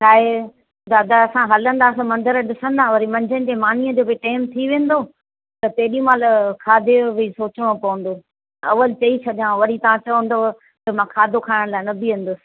छा आहे दादा असां हलिन्दासि मन्दर ॾिसन्दा वरी मंझंदि जी मानीअ जो बि टाईम थी वेन्दो त तॾहिं महिल खाधे जो बि सोचिणो पवन्दो उहो चई छॾियां वरी तव्हां चईंदव त मां खाधो खाइण लाइ न बीहन्दसि